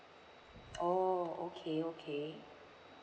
oh okay okay